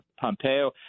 Pompeo